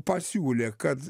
pasiūlė kad